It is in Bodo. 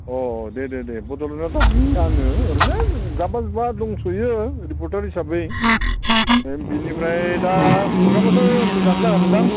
अह दे दे दे बड'लेण्ड रादाबनि आङो ओरैनो जाब्बा जुब्बा दंथ'यो रिपर्टार हिसाबै ओं बिनिफ्राय दा प्रग्रामआथ' मोजाङैनो जागोन दां